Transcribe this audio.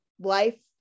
life